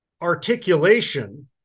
articulation